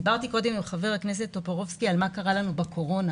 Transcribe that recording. דיברתי קודם עם חבר הכנסת טופורובסקי על מה קרה לנו בקורונה.